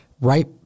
right